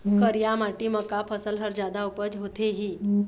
करिया माटी म का फसल हर जादा उपज होथे ही?